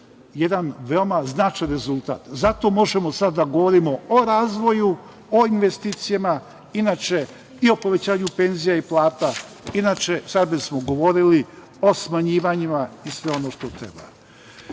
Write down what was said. jedan veoma značajan rezultat. Zato možemo sada da govorimo o razvoju, o investicijama i o povećanju penzija i plata. Inače, sad bismo govorili o smanjivanjima i sve ono što